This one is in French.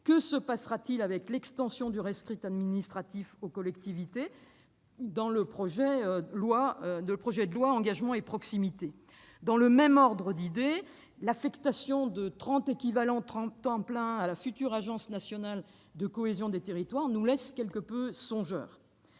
les conséquences de l'extension du rescrit administratif aux collectivités prévue dans le projet de loi Engagement et proximité ? De même, l'affectation de 30 équivalents temps plein à la future Agence nationale de la cohésion des territoires nous laisse quelque peu songeurs.